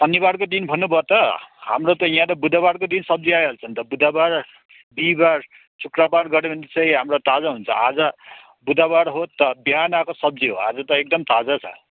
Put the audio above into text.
शनिबारको दिन भन्नुभयो त हाम्रो त यहाँ त बुधवारको दिन सब्जी आइहाल्छ नि त बुधबार बिहिबार शुक्रबार गऱ्यो भने चाहिँ हाम्रो ताजा हुन्छ आज बुधबार हो त बिहान आएको सब्जी हो आज त एकदम ताजा छ